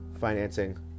financing